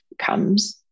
comes